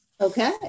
Okay